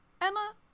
Emma